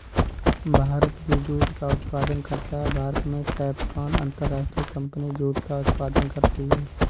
भारत भी जूट का उत्पादन करता है भारत में टैपकॉन अंतरराष्ट्रीय कंपनी जूट का उत्पादन करती है